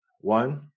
One